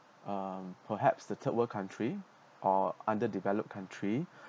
uh perhaps the third world country or under developed country